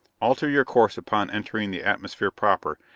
alter your course upon entering the atmosphere proper,